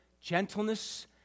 gentleness